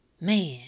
man